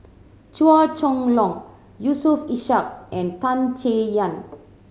Chua Chong Long Yusof Ishak and Tan Chay Yan